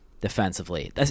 defensively